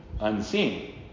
Unseen